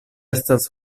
estas